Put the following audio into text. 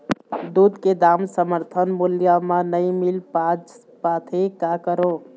दूध के दाम समर्थन मूल्य म नई मील पास पाथे, का करों?